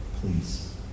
please